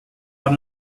are